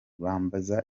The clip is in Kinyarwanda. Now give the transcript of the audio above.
bambaza